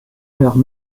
meurt